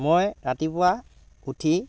মই ৰাতিপুৱা উঠি